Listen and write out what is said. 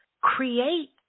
create